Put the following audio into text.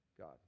God